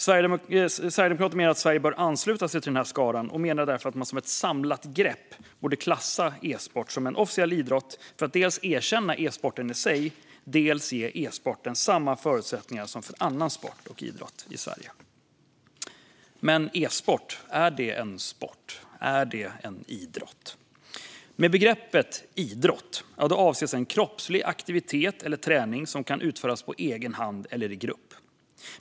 Sverigedemokraterna menar att Sverige bör ansluta sig till denna skara och menar därför att man som ett samlat grepp borde klassa e-sport som en officiell idrott för att dels erkänna e-sporten i sig, dels ge e-sporten samma förutsättningar som annan sport och idrott i Sverige. Men är e-sport en sport? Är det en idrott? Med begreppet idrott avses en kroppslig aktivitet eller träning som kan utföras på egen hand eller i grupp.